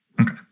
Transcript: Okay